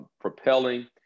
propelling